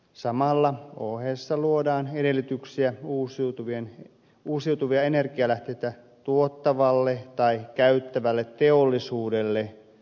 samalla ohessa luodaan edellytyksiä uusiutuvia energialähteitä tuottavalle tai käyttävälle teollisuudelle